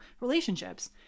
relationships